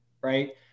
right